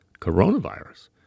coronavirus